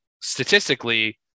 statistically